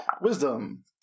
Wisdom